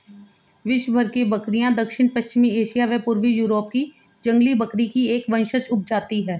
विश्वभर की बकरियाँ दक्षिण पश्चिमी एशिया व पूर्वी यूरोप की जंगली बकरी की एक वंशज उपजाति है